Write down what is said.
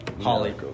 Holly